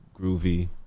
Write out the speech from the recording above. groovy